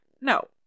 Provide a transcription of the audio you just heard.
No